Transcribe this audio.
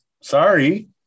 Sorry